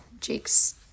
Jake's